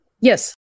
Yes